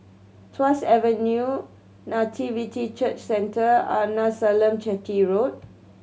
Tuas Avenue Nativity Church Centre Arnasalam Chetty Road